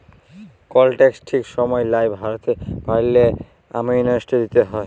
call tax ঠিক সময় লায় ভরতে পারল্যে, অ্যামনেস্টি দিতে হ্যয়